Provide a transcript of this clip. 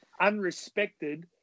unrespected